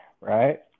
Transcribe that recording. right